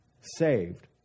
saved